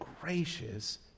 gracious